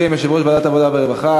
בשם יושב-ראש ועדת העבודה והרווחה,